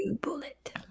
bullet